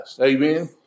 Amen